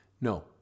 No